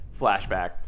flashback